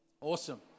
awesome